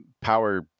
power